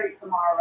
tomorrow